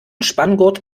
spanngurt